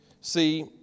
See